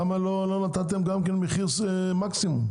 למה לא נתתם מחיר מקסימום.